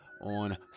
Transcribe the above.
on